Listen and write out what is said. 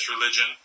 religion